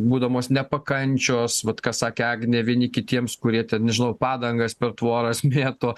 būdamos nepakančios vat ką sakė agnė vieni kitiems kurie ten nežinau padangas per tvoras mėto